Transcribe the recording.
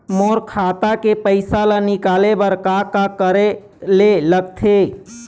मोर खाता के पैसा ला निकाले बर का का करे ले लगथे?